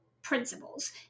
Principles